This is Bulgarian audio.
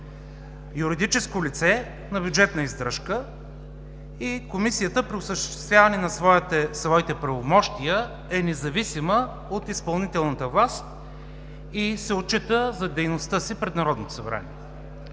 юридическо лице на бюджетна издръжка и Комисията при осъществяване на своите правомощия е независима от изпълнителната власт и се отчита за дейността си пред Народното събрание.